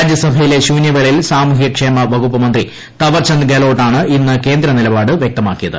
രാജ്യസഭയിലെ ശൂന്യവേളയിൽ സാമൂഹ്യക്ഷേമ വകുപ്പ് മന്ത്രി തവർചന്ദ് ഗെഹ്ലോട്ട് ആണ് ഇന്ന് കേന്ദ്ര നിലപാട് വൃക്തമാക്കിയത്